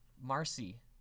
Marcy